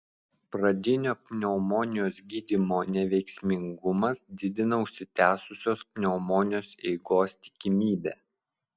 pradinio pneumonijos gydymo neveiksmingumas didina užsitęsusios pneumonijos eigos tikimybę